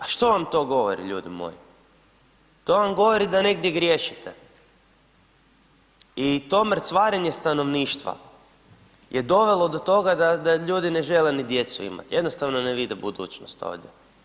A što vam to govori ljudi moji, to vam govori da negdje griješite i to mrcvarenje stanovništva je dovelo do toga da ljudi ne žele ni djecu imati, jednostavno ne vide budućnost ovdje.